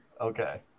Okay